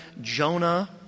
Jonah